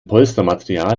polstermaterial